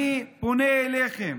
אני פונה אליכם